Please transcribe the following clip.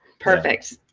perfect.